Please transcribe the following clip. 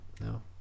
No